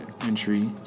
entry